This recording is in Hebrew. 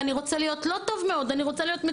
ואני רוצה להיות לא טוב מאוד אלא מצוין,